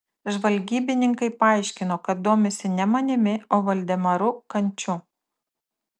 žvalgybininkai paaiškino kad domisi ne manimi o valdemaru kanču